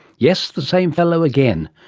yes, the same fellow again.